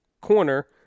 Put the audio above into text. corner